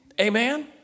Amen